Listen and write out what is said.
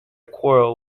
quarrel